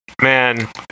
man